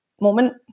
moment